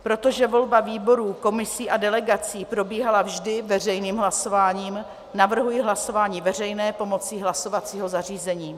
Protože volba výborů, komisí a delegací probíhala vždy veřejným hlasováním, navrhuji hlasování veřejné pomocí hlasovacího zařízení.